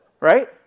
Right